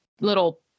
little